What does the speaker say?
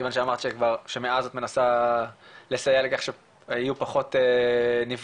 כיוון שאמרת שכבר שמאז את מנסה לסייע שיהיו פחות נפגעות,